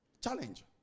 challenge